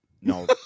No